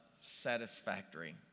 satisfactory